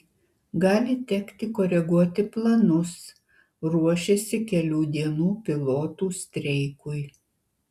gali tekti koreguoti planus ruošiasi kelių dienų pilotų streikui